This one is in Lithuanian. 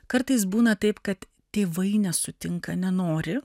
kartais būna taip kad tėvai nesutinka nenori